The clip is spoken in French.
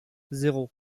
zéro